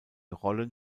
rollen